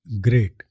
Great